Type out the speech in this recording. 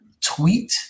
tweet